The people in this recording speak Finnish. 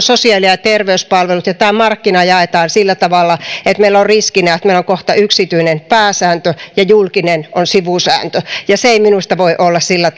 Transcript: sosiaali ja terveyspalvelut ja tämä markkina jaetaan sillä tavalla että meillä on riskinä että meillä on kohta yksityinen pääsääntö ja julkinen on sivusääntö ja se ei minusta voi olla sillä